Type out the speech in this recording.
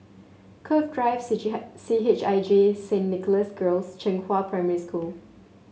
Cove Drive C H I J Saint Nicholas Girls and Zhenghua Primary School